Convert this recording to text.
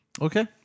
Okay